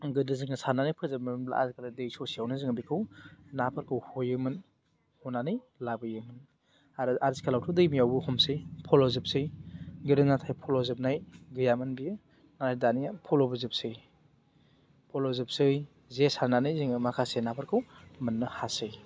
गोदो जोङो सारनानै फोजोबोब्ला आजिखालि दै ससेआवनो जोङो बेखौ नाफोरखौ हयोमोन हनानै लाबोयो आरो आथिखालावथ' दैमायावबो हमसै फल'जोबसै गोदो नाथाय फल' जोबनाय गैयामोन बेयो दानि फल'बोजोबसै फल'जोबसै जे सारनानै जोङो माखासे नाफोरखौ मोननो हासै